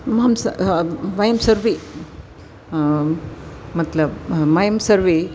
वयं स वयं सर्वे मत्लब् वयं सर्वे